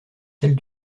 celle